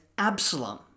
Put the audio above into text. Absalom